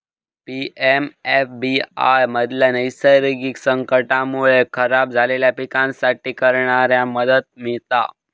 PMFBY मधना नैसर्गिक संकटांमुळे खराब झालेल्या पिकांसाठी करणाऱ्याक मदत मिळता